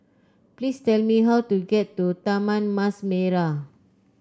please tell me how to get to Taman Mas Merah